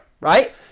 right